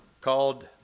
called